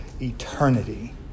eternity